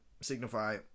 signify